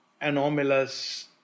anomalous